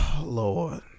lord